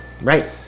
Right